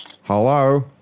hello